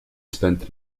spent